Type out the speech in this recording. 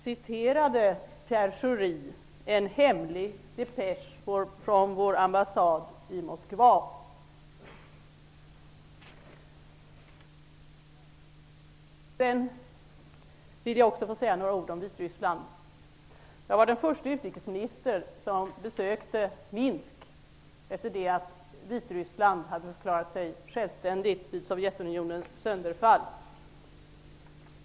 Citerade Pierre Schori en hemlig depesch från vår ambassad i Moskva? Vidare vill jag säga några om Vitryssland. Jag var den första utrikesminister som besökte Minsk efter det att Vitryssland hade förklarat sig självständigt vid Sovjetunionens sönderfall.